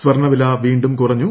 സ്വർണവില വീണ്ടും കുറഞ്ഞു